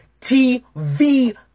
TV